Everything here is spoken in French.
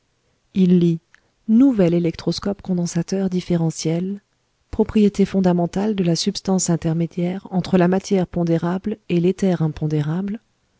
il lit nouvel électroscope condensateur différentiel propriétés fondamentales de la substance intermédiaire entre la matière pondérable et l'éther